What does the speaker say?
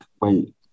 wait